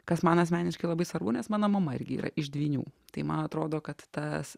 kas man asmeniškai labai svarbu nes mano mama irgi yra iš dvynių tai man atrodo kad tas